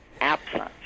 absent